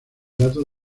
datos